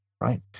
right